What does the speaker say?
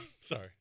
Sorry